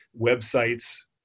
websites